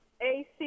AC